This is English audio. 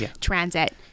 transit